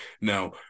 now